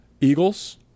Eagles